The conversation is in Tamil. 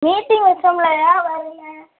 நேற்று ஒருத்தவங்களை ஏன் வரலை